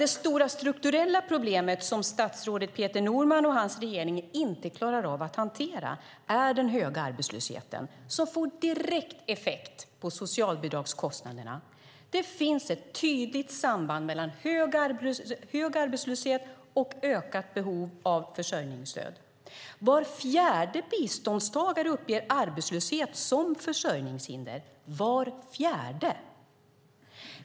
Det stora strukturella problem som statsrådet Peter Norman och hans regering inte klarar av att hantera är den höga arbetslösheten, som får direkt effekt på socialbidragskostnaderna. Det finns ett tydligt samband mellan hög arbetslöshet och ökat behov av försörjningsstöd. Var fjärde biståndstagare uppger arbetslöshet som försörjningshinder.